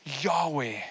Yahweh